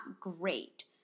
great